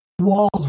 walls